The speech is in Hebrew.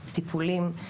טיפולים,